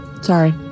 Sorry